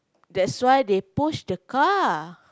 that's why they push the car